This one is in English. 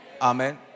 Amen